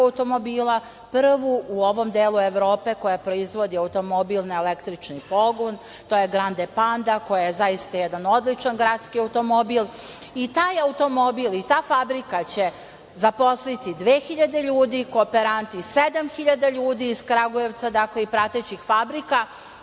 automobila, prvu u ovom delu Evrope koja proizvodi automobil na električni pogon. To je Grande Panda, koja je zaista jedan odličan gradski automobil. I taj automobil i ta fabrika će zaposliti 2.000 ljudi, kooperanti 7.000, iz Kragujevca i pratećih fabrika